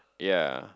yea